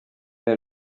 est